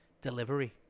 delivery